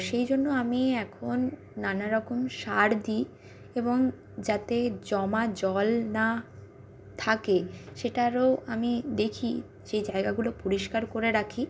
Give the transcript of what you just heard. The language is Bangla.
সেই জন্য আমি এখন নানা রকম সার দিই এবং যাতে জমা জল না থাকে সেটারও আমি দেখি যে জায়গাগুলো পরিষ্কার করে রাখি